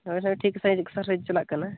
ᱦᱮᱸ ᱦᱮᱸ ᱴᱷᱤᱠ ᱥᱟᱹᱦᱤᱡ ᱮᱠᱥᱟᱥᱟᱭᱤᱡ ᱪᱟᱞᱟᱜ ᱠᱟᱱᱟ